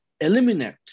eliminate